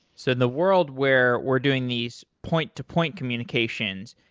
so in the world where we're doing these point-to-point communications,